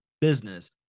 business